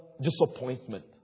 disappointment